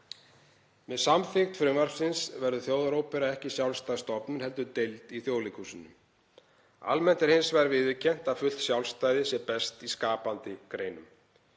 Með samþykkt frumvarpsins verður Þjóðarópera ekki sjálfstæð stofnun heldur deild í Þjóðleikhúsinu. Almennt er hins vegar viðurkennt að fullt sjálfstæði sé best í skapandi greinum.